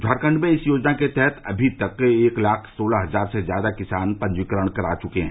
झारखंड में इस योजना के तहत अभी तक एक लाख सोलह हजार से ज्यादा किसान पंजीकरण करा चुके हैं